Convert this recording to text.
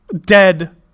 dead